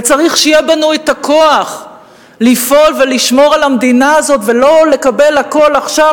וצריך שיהיה בנו הכוח לפעול ולשמור על המדינה הזאת ולא לקבל הכול עכשיו,